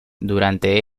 durante